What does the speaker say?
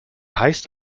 heißt